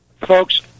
Folks